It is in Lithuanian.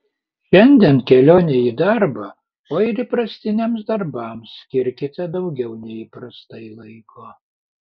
šiandien kelionei į darbą o ir įprastiniams darbams skirkite daugiau nei įprastai laiko